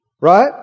Right